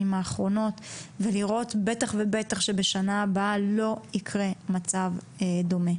האחרונות ולראות שבטח ובטח בשנה הבאה לא יקרה מצב דומה.